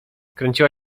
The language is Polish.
kręciła